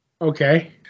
Okay